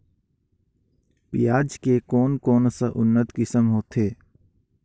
पियाज के कोन कोन सा उन्नत किसम होथे?